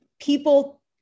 people